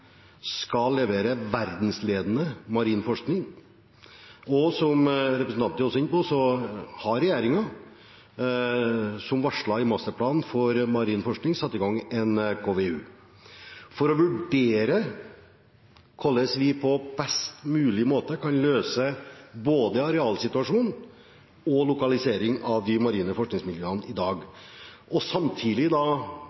skal levere verdensledende marin forskning. Som representanten også er inne på, har regjeringen, som varslet i masterplanen for marin forskning, satt i gang en KVU for å vurdere hvordan vi på best mulig måte kan løse både arealsituasjonen og lokalisering av de marine forskningsmiljøene i dag,